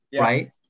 Right